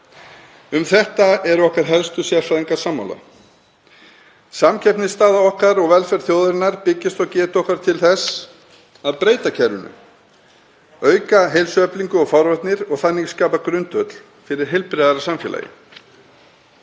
Um þetta eru okkar helstu sérfræðingar sammála. Samkeppnisstaða okkar og velferð þjóðarinnar byggist á getu okkar til þess að breyta kerfinu, auka heilsueflingu og forvarnir og skapa þannig grundvöll fyrir heilbrigðara samfélag.